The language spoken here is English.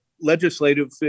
legislative